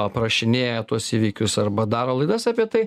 aprašinėja tuos įvykius arba daro laidas apie tai